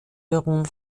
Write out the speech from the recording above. beruhen